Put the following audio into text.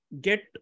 get